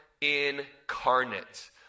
incarnate